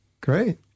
great